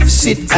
sit